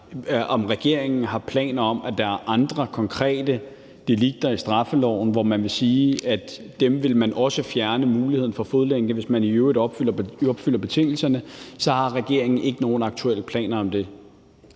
om regeringen har planer om, at der er andre konkrete delikter i straffeloven, hvor man vil sige, at der vil man også fjerne muligheden for fodlænke, hvis betingelserne i øvrigt er opfyldt, vil jeg sige, at det har regeringen ikke nogen aktuelle planer om.